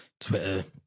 Twitter